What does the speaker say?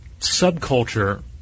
subculture